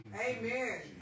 Amen